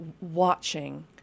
watching